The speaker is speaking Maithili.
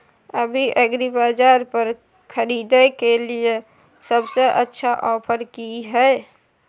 अभी एग्रीबाजार पर खरीदय के लिये सबसे अच्छा ऑफर की हय?